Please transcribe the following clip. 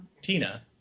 Tina